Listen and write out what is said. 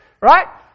Right